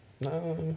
No